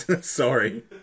Sorry